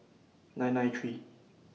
nine nine three